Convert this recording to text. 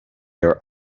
their